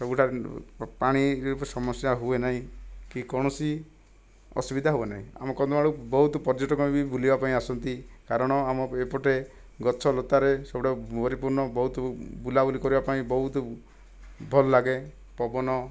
ସବୁଠାରେ ପାଣିରେ ସମସ୍ୟା ହୁଏ ନାହିଁ କି କୌଣସି ଅସୁବିଧା ହୁଏ ନାହିଁ ଆମ କନ୍ଧମାଳକୁ ବହୁତ ପର୍ଯ୍ୟଟକ ବି ବୁଲିବା ପାଇଁ ଆସନ୍ତି କାରଣ ଆମର ଏପଟେ ଗଛ ଲତାରେ ସେଗୁଡ଼ାକ ପରିପୂର୍ଣ୍ଣ ବହୁତ ବୁଲାବୁଲି କରିବା ପାଇଁ ବହୁତ ଭଲ ଲାଗେ ପବନ